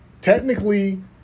technically